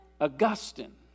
Augustine